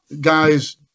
guys